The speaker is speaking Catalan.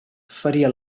faria